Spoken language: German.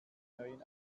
neuen